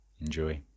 Enjoy